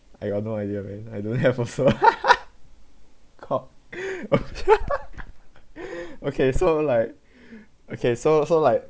I got no idea men I don't have also okay so like okay so so like